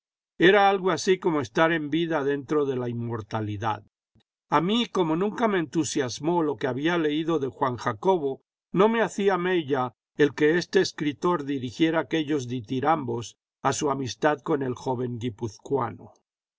era algo así como estar en vida dentro de la inmortalidad a mí como nunca me entusiasmó lo que había leído de juan jacobo no me hacía mella el que este escritor dirigiera aquellos ditirambos a su amistad con el joven